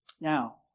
Now